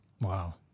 Wow